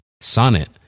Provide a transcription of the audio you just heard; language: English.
Sonnet